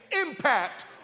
impact